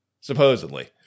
Supposedly